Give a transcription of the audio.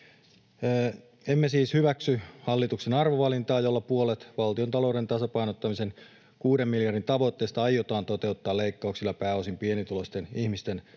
Emme siis hyväksy hallituksen arvovalintaa, jolla puolet valtiontalouden tasapainottamisen kuuden miljardin tavoitteesta aiotaan toteuttaa leikkauksilla pääosin pienituloisten ihmisten terveyteen,